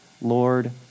Lord